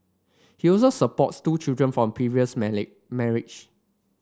he also supports two children from previous marriage